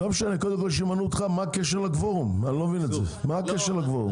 לא משנה, קודם כל שימנו אותך, מה הקשר לקוורום?